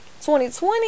2020